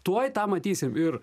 tuoj tą matysim ir